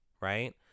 right